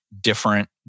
different